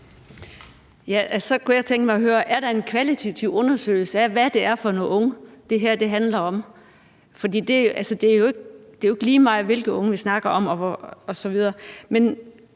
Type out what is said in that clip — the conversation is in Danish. Er der en kvalitativ undersøgelse af, hvad det er for nogle unge, det her handler om? For det er jo ikke lige meget, hvilke unge vi snakker om osv.